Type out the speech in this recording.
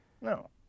No